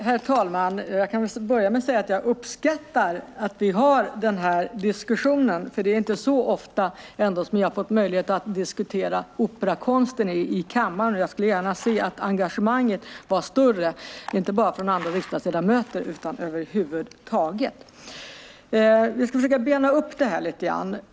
Herr talman! Jag kan börja med att säga att jag uppskattar att vi har den här diskussionen. Det är ju inte så ofta som jag har här i kammaren fått möjlighet att diskutera operakonsten. Jag skulle gärna se att engagemanget var större, inte bara från andra riksdagsledamöter utan över huvud taget. Jag ska försöka bena upp frågan lite.